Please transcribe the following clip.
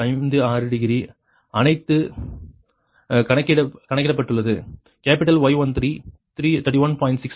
56 degree அனைத்து கணக்கிடப்பட்டது capital Y13 31